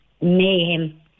mayhem